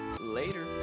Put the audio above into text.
later